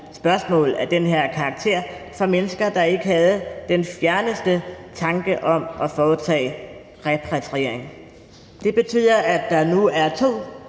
spørgsmål af den her karakter til mennesker, der ikke havde den fjerneste tanke om at foretage repatriering, og det betyder, at der nu er to